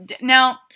Now